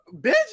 bitch